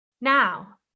Now